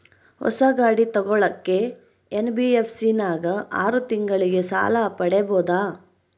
ಹೊಸ ಗಾಡಿ ತೋಗೊಳಕ್ಕೆ ಎನ್.ಬಿ.ಎಫ್.ಸಿ ನಾಗ ಆರು ತಿಂಗಳಿಗೆ ಸಾಲ ಪಡೇಬೋದ?